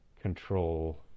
control